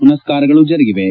ಪುನಸ್ಕಾರಗಳು ಜರುಗಿವೆ